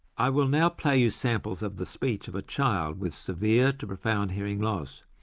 i will now play you samples of the speech of a child with severe-to-profound hearing loss,